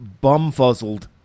bum-fuzzled